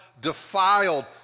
defiled